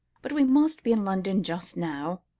but we must be in london just now.